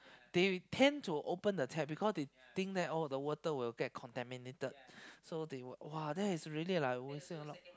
they tend to open the tap because they think that oh the water will get contaminated so they will !wah! that is really like wasting a lot